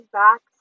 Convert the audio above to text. back